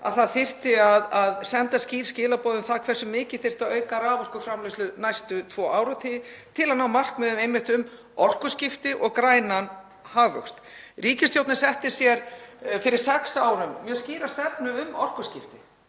að það þyrfti að senda skýr skilaboð um það hversu mikið þyrfti að auka raforkuframleiðslu næstu tvo áratugi til að ná markmiðum um orkuskipti og grænan hagvöxt. Ríkisstjórnin setti sér fyrir sex árum mjög skýra stefnu um orkuskipti